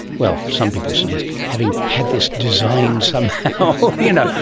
well, some people suggest having had this designed somehow, you know,